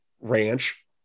ranch